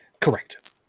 Correct